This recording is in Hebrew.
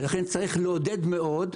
ולכן צריך לעודד אותו מאוד.